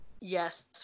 Yes